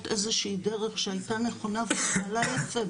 איזושהי דרך שהייתה נכונה והתנהלה יפה.